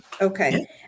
Okay